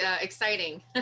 exciting